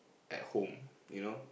at home you know